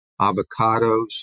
avocados